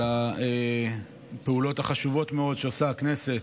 על הפעולות החשובות מאוד שעושה הכנסת.